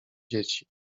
dzieci